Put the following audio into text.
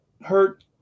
hurt